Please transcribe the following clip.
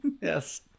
yes